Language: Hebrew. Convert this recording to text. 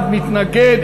73, אחד מתנגד.